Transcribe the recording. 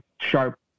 sharp